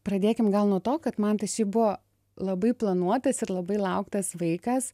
pradėkim gal nuo to kad mantas šiaip buvo labai planuotas ir labai lauktas vaikas